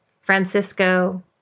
Francisco